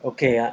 Okay